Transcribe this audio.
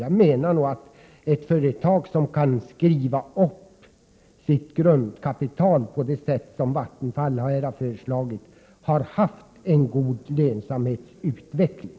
Jag menar nämligen att företag som kan skriva upp sitt grundkapital på det sätt som föreslagits beträffande Vattenfall har haft en god lönsamhetsutveckling.